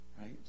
right